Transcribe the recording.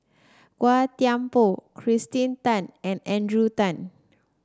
Gan Thiam Poh Kirsten Tan and Adrian Tan